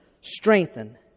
strengthen